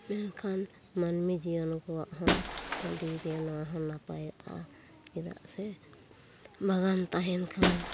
ᱢᱮᱱᱠᱷᱟᱱ ᱢᱟᱹᱱᱢᱤ ᱡᱤᱭᱚᱱ ᱠᱚᱣᱟᱜ ᱦᱚᱸ ᱟᱹᱰᱤ ᱜᱮ ᱱᱚᱶᱟ ᱦᱚᱸ ᱱᱟᱯᱟᱭᱚᱜᱼᱟ ᱪᱮᱫᱟᱜ ᱥᱮ ᱵᱟᱜᱟᱱ ᱛᱟᱦᱮᱸᱱ ᱠᱷᱟᱱ